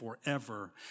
forever